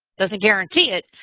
doesn't guarantee it,